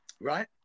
right